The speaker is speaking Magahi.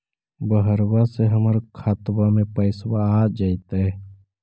बहरबा से हमर खातबा में पैसाबा आ जैतय?